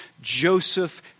Joseph